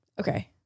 Okay